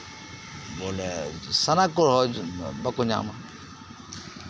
ᱵᱚᱞᱮ ᱥᱟᱱᱟ ᱠᱚ ᱨᱮᱦᱚᱸ ᱵᱟᱠᱚ ᱧᱟᱢᱟ